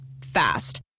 Fast